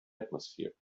atmosphere